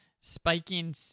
spiking